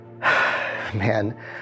man